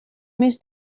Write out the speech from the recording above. més